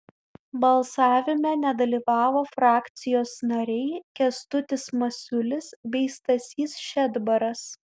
balsavime nedalyvavo frakcijos nariai kęstutis masiulis bei stasys šedbaras